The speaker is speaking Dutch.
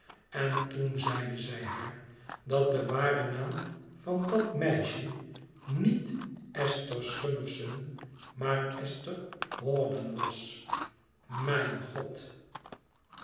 en toen zeide zij haar dat de ware naam van dat meisje niet esther summerson maar esther hawdon was mijn god